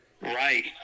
Right